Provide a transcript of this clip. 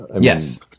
yes